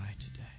today